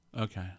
Okay